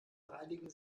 reinigen